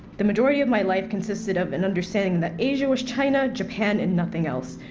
the majority of my life consisted of an understanding that asia was china, japan and nothing else.